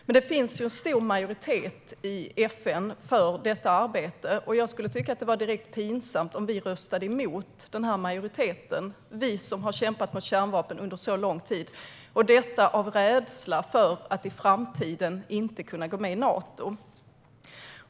Det finns en stor majoritet i FN för detta arbete. Jag tycker att det skulle vara direkt pinsamt om vi, som har kämpat mot kärnvapen under så lång tid, röstade emot den majoriteten - detta av rädsla för att i framtiden inte kunna gå med i Nato.